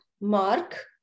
Mark